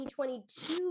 2022